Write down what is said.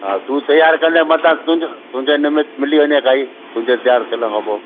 हा तूं तयारु कंदे मता तुंहिंजे तुंहिंजे हिन में मिली वञे काई तुंहिंजे तयारु थिएण खां पोइ